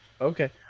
Okay